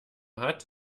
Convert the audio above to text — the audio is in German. hat